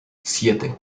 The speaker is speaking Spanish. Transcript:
siete